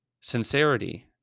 Sincerity